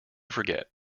forget